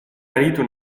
aritu